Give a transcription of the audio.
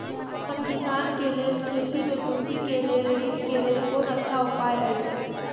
हम किसानके लेल खेती में पुंजी के लेल ऋण के लेल कोन अच्छा उपाय अछि?